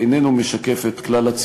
אני מקשיב למה שאתה אומר וגם נותן